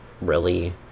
really-